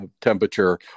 temperature